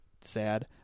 sad